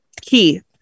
keith